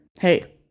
Hey